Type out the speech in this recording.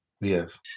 Yes